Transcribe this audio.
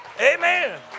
Amen